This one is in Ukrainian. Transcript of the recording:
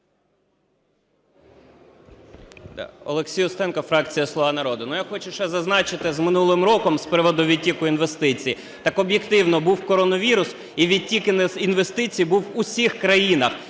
Олексій Устенко, фракція "Слуга народу". Ну, я хочу ще зазначити, з минулим роком, з приводу відтоку інвестицій, так об'єктивно був коронавірус, і відтік інвестицій був у всіх країнах,